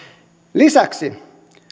lisäksi